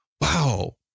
wow